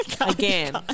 again